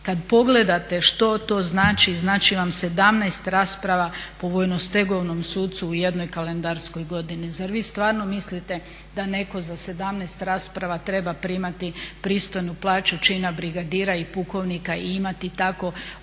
Kad pogledate što to znači, znači vam 17 rasprava po vojnostegovnom sucu u jednoj kalendarskoj godini. Zar vi stvarno mislite da netko za 17 rasprava treba primati pristojnu plaću čina brigadira i pukovnika i imati tako